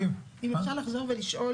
אם אפשר לחזור ולשאול,